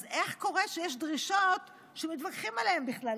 אז איך קורה שיש דרישות שמתווכחים עליהן בכלל?